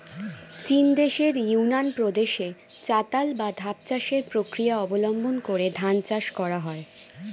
চীনদেশের ইউনান প্রদেশে চাতাল বা ধাপ চাষের প্রক্রিয়া অবলম্বন করে ধান চাষ করা হয়